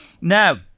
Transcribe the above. Now